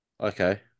Okay